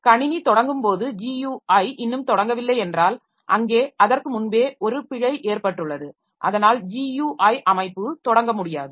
கணினி தொடங்கும் போது GUI இன்னும் தொடங்கவில்லை என்றால் அங்கே அதற்கு முன்பே ஒரு பிழை ஏற்பட்டுள்ளதுஅதனால் GUI அமைப்பு தொடங்க முடியாது